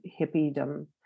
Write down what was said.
hippiedom